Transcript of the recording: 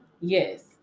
Yes